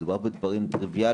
ומדובר באמת בדברים טריוויאליים.